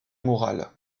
morale